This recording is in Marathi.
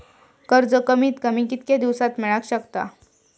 कर्ज कमीत कमी कितक्या दिवसात मेलक शकता?